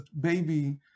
baby